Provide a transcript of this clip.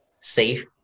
safe